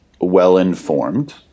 well-informed